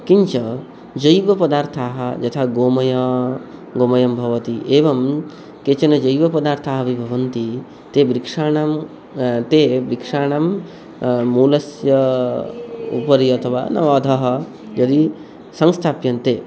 किञ्च जैवपदार्थाः यथा गोमयं गोमयं भवति एवं केचन जैवपदार्थाः अपि भवन्ति ते वृक्षाणां ते वृक्षाणां मूलस्य उपरि अथवा नाम अधः यदि संस्थाप्यन्ते